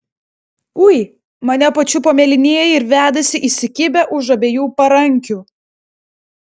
ui mane pačiupo mėlynieji ir vedasi įsikibę už abiejų parankių